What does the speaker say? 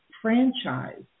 franchise